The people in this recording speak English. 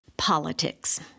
Politics